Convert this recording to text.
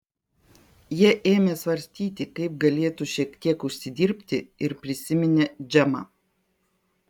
jie ėmė svarstyti kaip galėtų šiek tiek užsidirbti ir prisiminė džemą